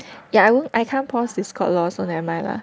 yeah I won't I can't pause Discord lor so never mind lah